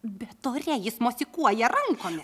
bet ore jis mosikuoja rankomis